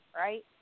right